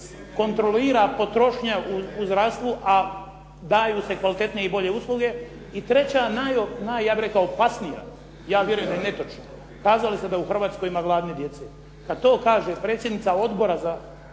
kontrolira potrošnja u zdravstvu, a daju se kvalitetnije i bolje usluge. I treća, naj ja bih rekao opasnija, ja vjerujem da je netočno, kazali ste da u Hrvatskoj ima gladne djece. Kad to kaže predsjednica Odbora za